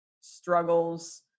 struggles